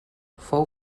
fou